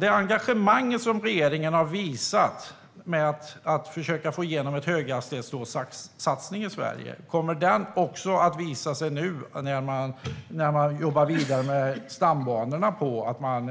Det engagemang som regeringen har visat för att försöka få igenom en höghastighetstågsatsning i Sverige - kommer det också att visa sig nu, när man jobbar vidare med stambanorna, så att man